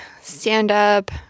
stand-up